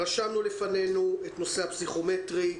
רשמנו לפנינו את נושא הפסיכומטרי,